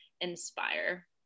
inspire